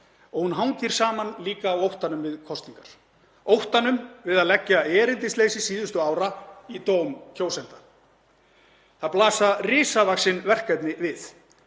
og hún hangir líka saman á óttanum við kosningar, óttanum við að leggja erindisleysi síðustu ára í dóm kjósenda. Það blasa risavaxin verkefni við.